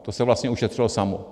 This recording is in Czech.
To se vlastně ušetřilo samo.